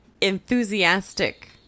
enthusiastic